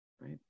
right